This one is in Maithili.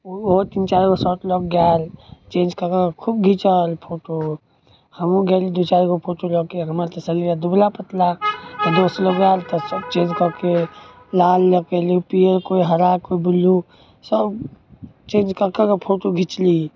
ओहो तीन चारिगो शर्ट लऽके गेल चेन्ज कऽ कऽके खूब घिचाएल फोटो हमहूँ गेली दुइ चारिगो फोटो लेके हमर तऽ शरीर यऽ दुबला पतला तऽ दोसलग आएल तऽ सब चेन्ज कऽके लाल पेन्हली कोइ पिअर कोइ हरा कोइ बुल्लू सब चेन्ज कऽ कऽ फोटो घिचली